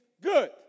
good